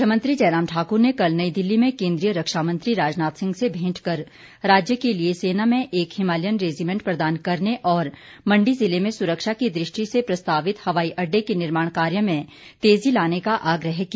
मुख्मयंत्री जयराम ठाकुर ने कल नई दिल्ली में केंद्रीय रक्षामंत्री राजनाथ सिंह से भेंट कर राज्य के लिए सेना में एक हिमालयन रैजीमैंट प्रदान करने और मंडी जिले में सुरक्षा की दृष्टि से प्रस्तावित हवाई अड़डे के निर्माण कार्य में तेजी लाने का आग्रह किया